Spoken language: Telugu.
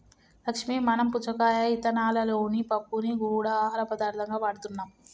లక్ష్మీ మనం పుచ్చకాయ ఇత్తనాలలోని పప్పుని గూడా ఆహార పదార్థంగా వాడుతున్నాం